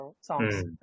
songs